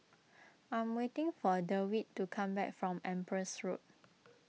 I am waiting for Dewitt to come back from Empress Road